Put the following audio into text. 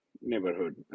neighborhood